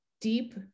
deep